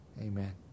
Amen